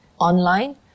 online